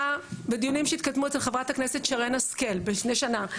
בדיונים שהתקיימו אצל חברת הכנסת שרן השכל לפני שנה.